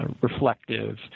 reflective